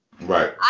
right